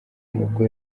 nibwo